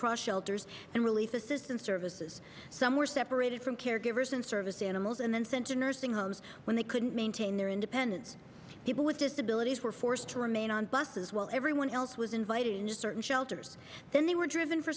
cross shelters and relief assistance services some were separated from caregivers and service animals and then sent to nursing homes when they couldn't maintain their independent people with disabilities were forced to remain on buses while everyone else was invited into certain shelters then they were driven for